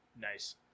Nice